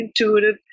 intuitive